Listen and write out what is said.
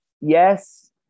yes